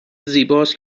زیباست